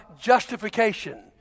justification